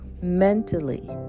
mentally